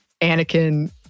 Anakin